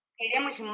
Queremos